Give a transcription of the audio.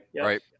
Right